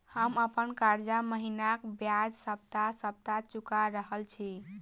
हम अप्पन कर्जा महिनाक बजाय सप्ताह सप्ताह चुका रहल छि